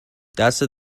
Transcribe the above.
دستت